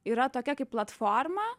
yra tokia kaip platforma